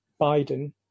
Biden